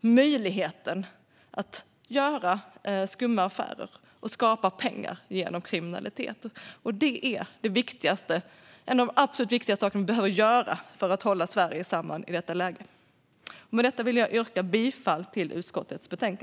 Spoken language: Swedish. möjligheten att göra skumma affärer och tjäna pengar genom kriminalitet, och det är något av det viktigaste vi behöver göra för att hålla samman Sverige i detta läge. Jag yrkar bifall till utskottets förslag.